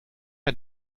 der